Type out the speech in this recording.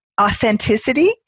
authenticity